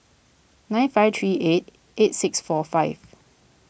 nine five three eight eight six four five